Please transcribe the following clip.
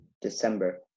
December